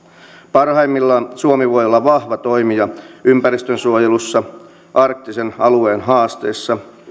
parhaimmillaan suomi voi olla vahva toimija ympäristönsuojelussa arktisen alueen haasteissa